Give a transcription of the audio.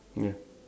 ya